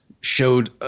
showed